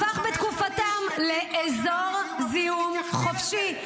הפך בתקופתם לאזור זיהום חופשי,